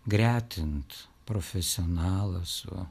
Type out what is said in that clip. gretint profesionalą su